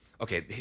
Okay